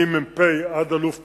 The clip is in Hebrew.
ממ"פ עד אלוף פיקוד,